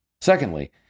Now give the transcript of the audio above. Secondly